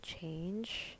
change